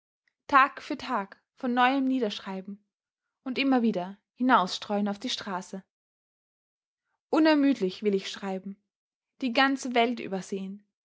tag für tag von neuem niederschreiben und immer wieder hinausstreuen auf die straße unermüdlich will ich schreiben die ganze welt übersäen